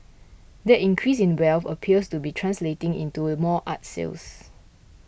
that increase in wealth appears to be translating into more art sales